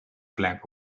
plank